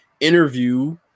interview